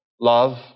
Love